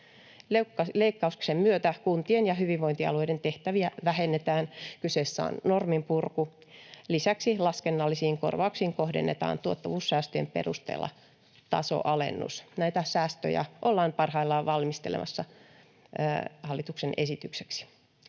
Leikkauksen myötä kuntien ja hyvinvointialueiden tehtäviä vähennetään. Kyseessä on norminpurku. Lisäksi laskennallisiin korvauksiin kohdennetaan tuottavuussäästöjen perusteella tasoalennus. Näitä säästöjä ollaan parhaillaan valmistelemassa hallituksen esitykseksi.